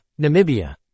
Namibia